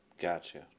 Gotcha